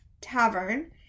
tavern